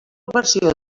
versió